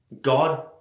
God